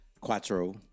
Quattro